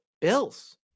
Bills